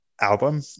album